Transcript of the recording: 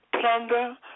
plunder